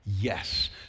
Yes